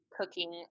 cooking